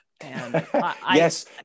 Yes